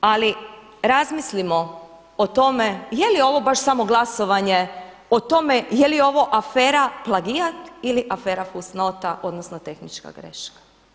Ali razmislimo o tome je li ovo baš samo glasovanje o tome je li ovo afera plagijat ili afera fusnota, odnosno tehnička greška.